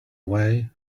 way